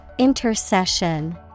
Intercession